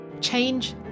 Change